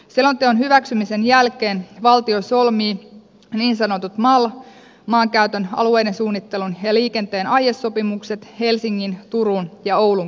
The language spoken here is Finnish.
selonteon hyväksymisen jälkeen valtio solmii niin sanotut mal eli maankäytön alueiden suunnittelun ja liikenteen aiesopimukset helsingin turun ja oulun kanssa